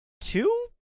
two